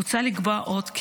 מוצע לקבוע עוד,